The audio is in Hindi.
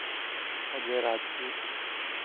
अजय राजपूत